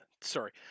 sorry